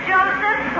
Joseph